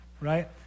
right